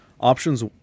Options